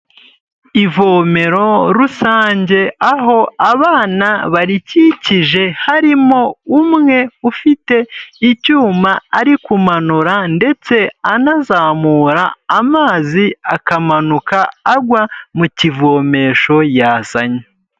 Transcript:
Ivomero rusange, aho abana barikikije harimo umwe ufite icyuma ari kumanura ndetse anazamura amazi akamanuka agwa mu kivomesho yazanye.